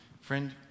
Friend